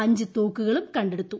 അഞ്ചു തോക്കുകളും കണ്ടെടുത്തു